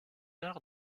arts